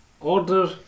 Order